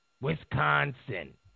Wisconsin